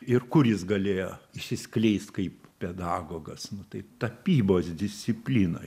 ir kur jis galėjo išsiskleist kaip pedagogas nu tai tapybos disciplinoj